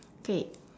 K